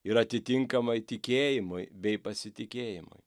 ir atitinkamai tikėjimui bei pasitikėjimui